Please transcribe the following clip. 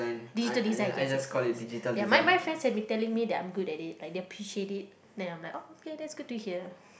digital design yes yes yes ya my my friends have been telling me that I'm good at it like they appreciate it then I'm like oh okay that's good to hear